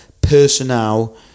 personnel